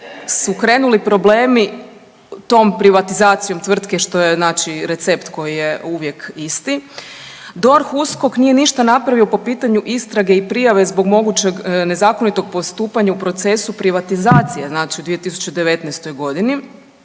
su krenuli problemi tom privatizacijom tvrtke što je znači, recept koji je uvijek isti, DORH, USKOK nije ništa napravio po pitanju istrage i prijave zbog mogućeg nezakonitog postupanja u procesu privatizacije, znači u 2019. g.